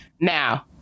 Now